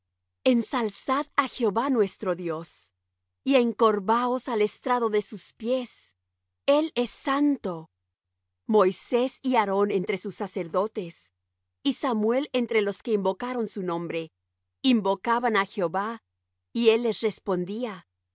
ensalzad á jehová nuestro dios y encorvaos al estrado de sus pies el es santo moisés y aarón entre sus sacerdotes y samuel entre los que invocaron su nombre invocaban á jehová y él les respondía en